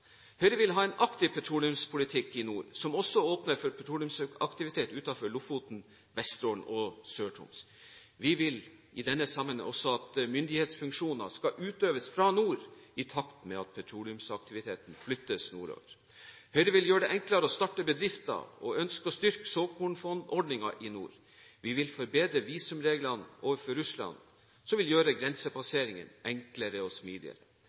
Høyre vil ha en aktiv petroleumspolitikk i nord som også åpner for petroleumsaktivitet utenfor Lofoten, Vesterålen og Sør-Troms. I denne sammenheng vil vi også at myndighetsfunksjoner skal utøves fra nord, i takt med at petroleumsaktiviteten flyttes nordover. Høyre vil gjøre det enklere å starte bedrifter og ønsker å styrke såkornfondordningen i nord. Vi vil forbedre visumreglene overfor Russland, som vil gjøre grensepassering enklere og smidigere.